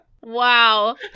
Wow